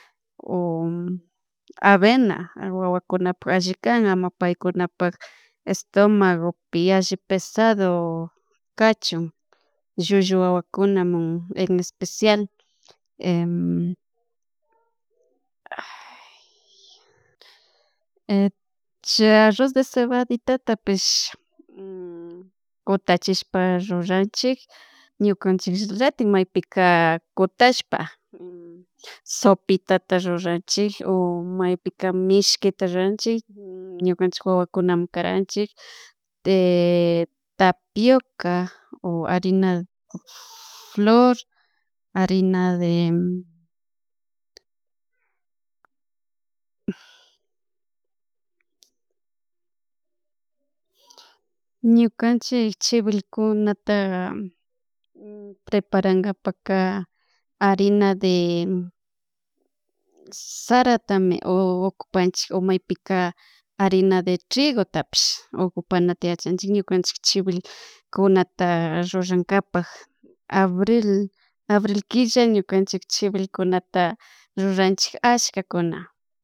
Avena wawakunapak allikan amapay kunapak estomagopi yalli pesado kachun llulluwawakunamun en especial chay arroz de cebadita tapich kutachishpa ruranchik ñukanchin ratin maypika kutashpa sopitaka ruranchik o maypika mishkita ruranchik ñukanchik wawakunan karanchik de tapioca o harina flor, harina de ñukanchik chiwilkunata preparankapakka harina de sarata ocupanchik o maypika harina de trigotapish okupanata yachanchik ñukanchik chiwilkunata rurankapak, abril abril killa ñukanchik chiwilkunata ruranchik ashakakuna.